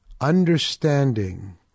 understanding